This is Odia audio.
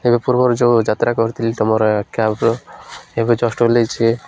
ଏବେ ପୂର୍ବରୁ ଯେଉଁ ଯାତ୍ରା କରିଥିଲି ତୁମର କ୍ୟାବ୍ର ଏବେ ଜଷ୍ଟ ଓହ୍ଲେଇଛି